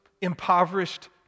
impoverished